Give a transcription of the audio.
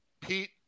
Pete